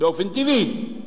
באופן טבעי,